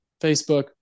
Facebook